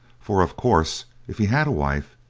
for, of course, if he had a wife,